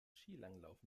skilanglauf